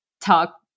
talk